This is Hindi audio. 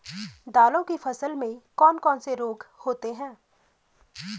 दालों की फसल में कौन कौन से रोग होते हैं?